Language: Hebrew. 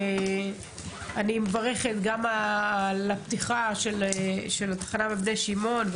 אני מברכת גם על הפתיחה של התחנה בבני שמעון.